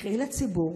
חודשים ואומרים לציבור